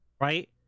right